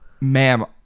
ma'am